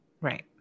Right